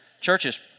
Churches